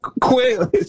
quit